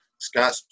Scott